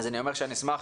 אני אשמח